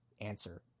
answer